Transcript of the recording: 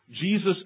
Jesus